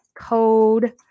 code